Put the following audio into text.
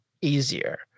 easier